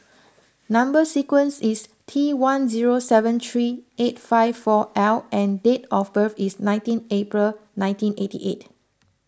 Number Sequence is T one zero seven three eight five four L and date of birth is nineteen April nineteen eighty eight